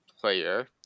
player